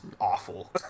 awful